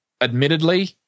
admittedly